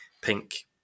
pink